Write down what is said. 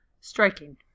striking